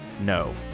No